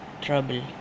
trouble